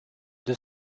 deux